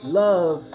love